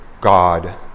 God